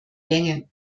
länge